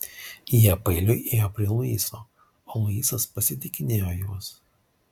jie paeiliui ėjo prie luiso o luisas pasitikinėjo juos